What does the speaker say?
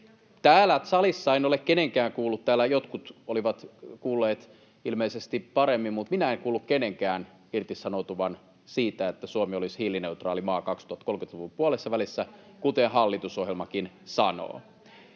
Täällä salissa jotkut olivat kuulleet ilmeisesti paremmin, mutta minä en kuullut kenenkään irtisanoutuvan siitä, että Suomi olisi hiilineutraali maa 2030-luvun puolessavälissä, kuten hallitusohjelmakin sanoo.